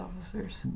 officers